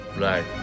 Right